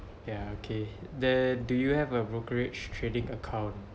ya okay then do you have a brokerage trading account